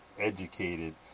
educated